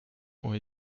ont